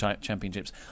championships